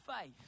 faith